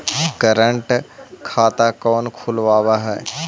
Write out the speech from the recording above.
current खाता कौन खुलवावा हई